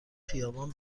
خیابان